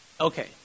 Okay